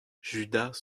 judas